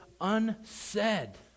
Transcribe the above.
unsaid